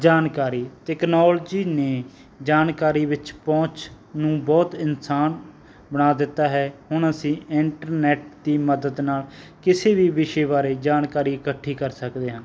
ਜਾਣਕਾਰੀ ਟੈਕਨੋਲਜੀ ਨੇ ਜਾਣਕਾਰੀ ਵਿੱਚ ਪਹੁੰਚ ਨੂੰ ਬਹੁਤ ਆਸਾਨ ਬਣਾ ਦਿੱਤਾ ਹੈ ਹੁਣ ਅਸੀਂ ਇੰਟਰਨੈਟ ਦੀ ਮਦਦ ਨਾਲ ਕਿਸੇ ਵੀ ਵਿਸ਼ੇ ਬਾਰੇ ਜਾਣਕਾਰੀ ਇਕੱਠੀ ਕਰ ਸਕਦੇ ਹਾਂ